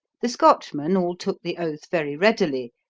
the scotchmen all took the oath very readily,